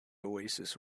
oasis